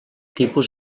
tipus